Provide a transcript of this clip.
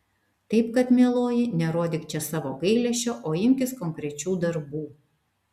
taip kad mieloji nerodyk čia savo gailesčio o imkis konkrečių darbų